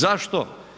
Zašto?